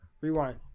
rewind